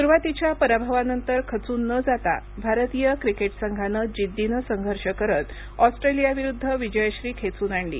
सुरूवातीच्या पराभवानंतर खचून न जाता भारतीय क्रिकेट संघानं जिद्दीनं संघर्ष करत ऑस्ट्रेलियाविरुद्ध विजयश्री खेचून आणली